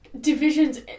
divisions